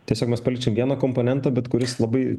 tiesiog mes paliečiam vieną komponentą bet kuris labai